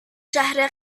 شهر